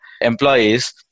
employees